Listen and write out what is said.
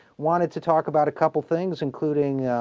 wanted to talk about a couple things including